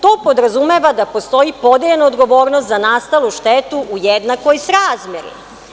To podrazumeva da postoji podeljena odgovornost za nastalu štetu u jednakoj srazmeri.